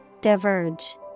Diverge